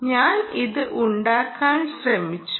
ഞാൻ ഇത് ഉണ്ടാക്കാൻ ശ്രമിച്ചു